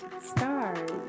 stars